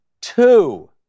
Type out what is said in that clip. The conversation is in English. two